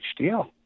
HDL